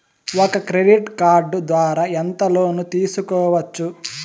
ఒక credit card ద్వారా ఎంత లోను తీసుకోవచ్చు?